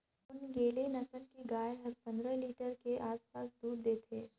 ओन्गेले नसल के गाय हर पंद्रह लीटर के आसपास दूद देथे